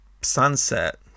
sunset